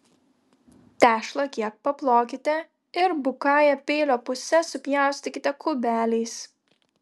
tešlą kiek paplokite ir bukąja peilio puse supjaustykite kubeliais